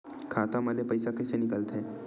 खाता मा ले पईसा कइसे निकल थे?